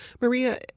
Maria